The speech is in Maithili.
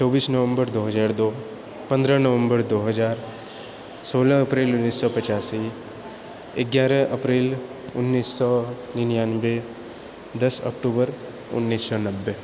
चौबीस नवम्बर दो हजार दो पनरह नवम्बर दो हजार सोलह अप्रैल उनैस सौ पचासी एगारह अप्रैल उनैस सओ निनानबे दस अक्टूबर उनैस सओ नब्बे